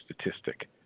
statistic